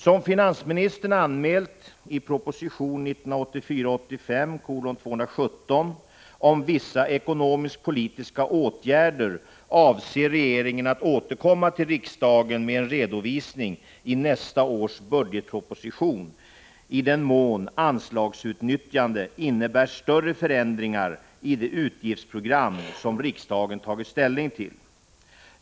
Som finansministern anmält i proposition 1984/85:217 om vissa ekonomisk-politiska åtgärder avser regeringen att återkomma till riksdagen med en redovisning i nästa års budgetproposition i den mån anslagsutnyttjandet innebär större förändringar i de utgiftsprogram som riksdagen tagit ställning till.